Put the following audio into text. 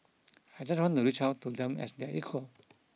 I just want to reach out to them as their equal